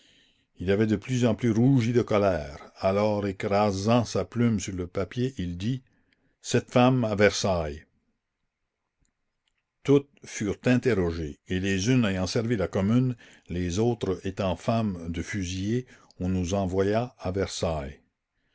il avait de plus en plus rougi de colère alors écrasant sa plume sur le papier il dit cette femme à versailles toutes furent interrogées et les unes ayant servi la commune les autres étant femmes de fusillés on nous envoya à versailles